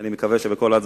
יש לך עשר